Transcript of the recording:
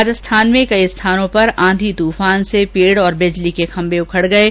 राजस्थान में कई स्थानों पर आंधी तूफान से पेड़ और बिजली के खम्बे उखड़ गये